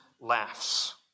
laughs